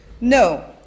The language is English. no